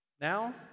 Now